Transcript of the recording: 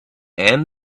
and